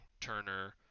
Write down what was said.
Turner